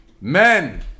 Men